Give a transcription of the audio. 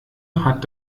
hat